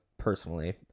personally